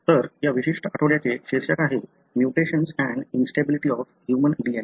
तर या विशिष्ट आठवड्याचे शीर्षक आहे "mutations and instability of human DNA"